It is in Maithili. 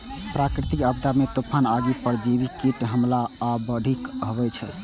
प्राकृतिक आपदा मे तूफान, आगि, परजीवी कीटक हमला आ बाढ़ि अबै छै